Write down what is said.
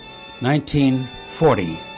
1940